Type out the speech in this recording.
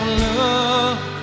love